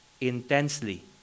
intensely